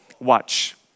watch